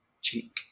cheek